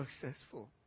Successful